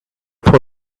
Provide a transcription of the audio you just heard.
for